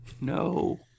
no